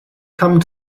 come